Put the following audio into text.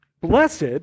blessed